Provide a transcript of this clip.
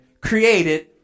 created